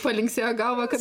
palinksėjo galvą kad